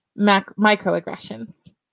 microaggressions